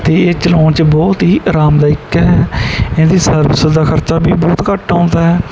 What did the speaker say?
ਅਤੇ ਇਹ ਚਲਾਉਣ 'ਚ ਬਹੁਤ ਹੀ ਆਰਾਮਦਾਇਕ ਹੈ ਇਹਦੀ ਸਰਵਿਸਿਸ ਦਾ ਖ਼ਰਚਾ ਵੀ ਬਹੁਤ ਘੱਟ ਆਉਂਦਾ ਹੈ